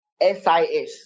S-I-S